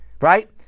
right